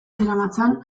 zeramatzan